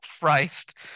Christ